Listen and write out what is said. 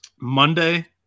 Monday